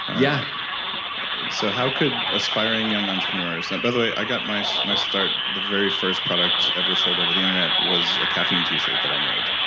yeah so how could aspiring, young entrepreneurs, by the way i got my my start, the very first product ever sold over the internet was a caffeine t-shirt that i made.